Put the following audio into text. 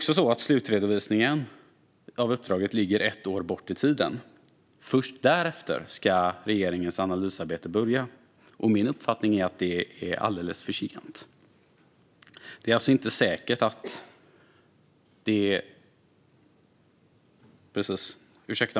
Slutredovisningen av uppdraget ligger dessutom ett år bort i tiden. Först därefter ska regeringens analysarbete börja. Min uppfattning är att det är alldeles för sent.